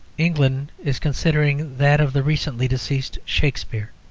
england is considering that of the recently deceased shakspere.